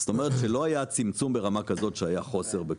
זאת אומרת שלא היה צמצום ברמה כזאת שהיה חוסר בכמויות.